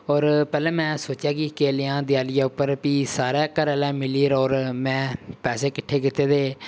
होर पैह्ले मै सोचेआ कि केह् लैं देयालियै उप्पर फ्ही सारे घरैआह्ले गी मिली'र होर मैं पैसे किट्ठे कीते ते